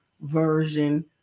version